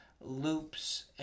loops